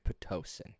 Pitocin